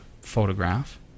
photograph